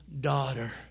daughter